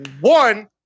One